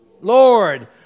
Lord